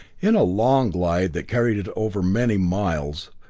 in a long glide that carried it over many miles,